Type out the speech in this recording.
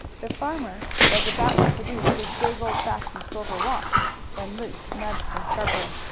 the farmer was about to produce his big old-fashioned silver watch when luke nudged him sharply.